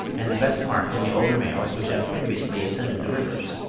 and best marked in the older males which have previously ascended the rivers.